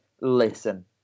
listen